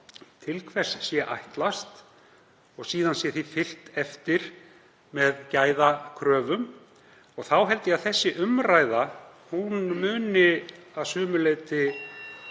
til hvers sé ætlast og síðan sé því fylgt eftir með gæðakröfum. Þá held ég að þessi umræða muni að sumu leyti